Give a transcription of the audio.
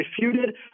refuted